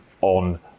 on